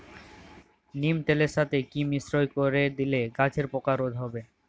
নিম তেলের সাথে কি মিশ্রণ করে দিলে গাছের পোকা রোধ হবে?